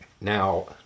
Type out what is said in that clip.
Now